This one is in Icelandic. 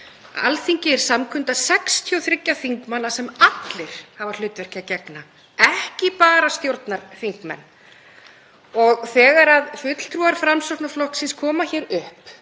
Alþingi er samkunda 63 þingmanna sem allir hafa hlutverki að gegna, ekki bara stjórnarþingmenn. Þegar fulltrúar Framsóknarflokksins koma hér upp,